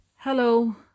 Hello